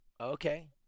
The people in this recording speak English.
Okay